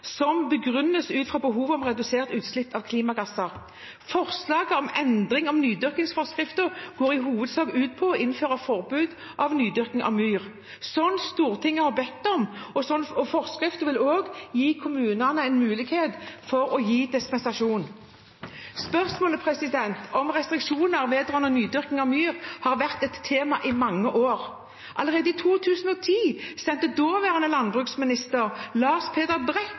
som begrunnes ut fra behovet for redusert utslipp av klimagasser. Forslaget om endring av nydyrkingsforskriften går i hovedsak ut på å innføre et forbud mot nydyrking av myr, som Stortinget har bedt om. Forskriften vil også gi kommunene en mulighet til å gi dispensasjon. Spørsmålet om restriksjoner vedrørende nydyrking av myr har vært et tema i mange år. Allerede i 2010 sendte daværende landbruksminister Lars Peder